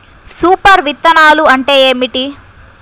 Super విత్తనాలు అంటే ఏమిటి?